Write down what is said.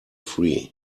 free